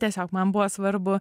tiesiog man buvo svarbu